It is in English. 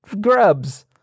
grubs